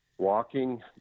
Walking